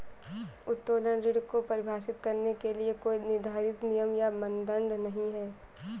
उत्तोलन ऋण को परिभाषित करने के लिए कोई निर्धारित नियम या मानदंड नहीं है